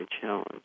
challenge